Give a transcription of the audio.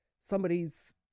somebody's